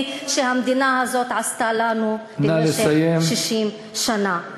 שהמדינה הזאת עשתה לנו במשך 60 שנה.